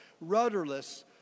rudderless